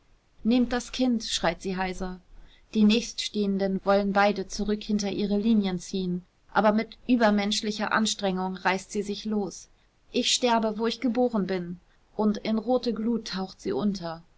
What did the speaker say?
nehmt das kind schreit sie heiser die nächststehenden wollen beide zurück hinter ihre linien zerren aber mit übermenschlicher anstrengung reißt sie sich los ich sterbe wo ich geboren bin und in rote glut taucht sie unter